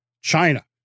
China